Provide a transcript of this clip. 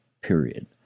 period